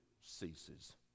ceases